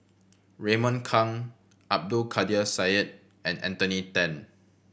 Raymond Kang Abdul Kadir Syed and Anthony Then